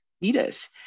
leaders